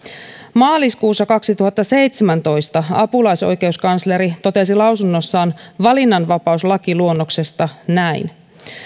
maaliskuussa kaksituhattaseitsemäntoista apulaisoikeuskansleri totesi lausunnossaan valinnanvapauslakiluonnoksesta näin